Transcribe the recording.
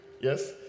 Yes